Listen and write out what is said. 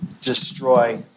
destroy